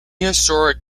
historic